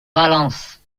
valence